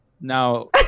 Now